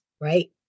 right